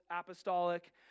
apostolic